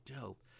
dope